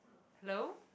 hello